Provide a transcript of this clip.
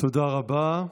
תודה רבה.